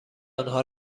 آنها